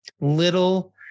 little